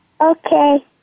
Okay